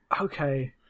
Okay